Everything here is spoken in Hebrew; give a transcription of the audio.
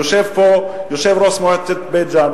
יושב פה יושב-ראש מועצת בית-ג'ן,